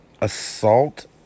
assault